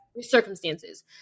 circumstances